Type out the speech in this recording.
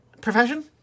Profession